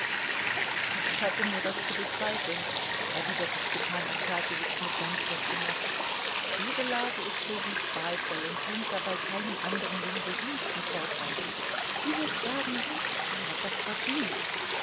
gestatte mir das zu bezweifeln erwiderte stepan arkadjewitsch mit sanfter stimme ihre lage ist für sie qualvoll und bringt dabei keinem anderen den geringsten vorteil du wirst sagen sie hat das verdient